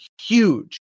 huge